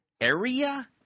Area